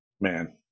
man